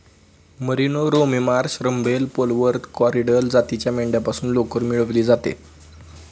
merino, Romney Marsh, रॅम्बेल, Polwarth, Corriedale जातीच्या मेंढ्यांपासून लोकर मिळवली जाते